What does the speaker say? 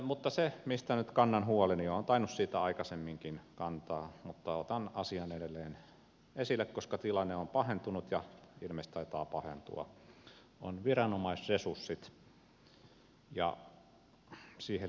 mutta se mistä nyt kannan huolta ja olen tainnut siitä aikaisemminkin kantaa mutta otan asian edelleen esille koska tilanne on pahentunut ja ilmeisesti taitaa pahentua on viranomaisresurssit ja niihin liittyvä laillisuusvalvonta